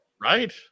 Right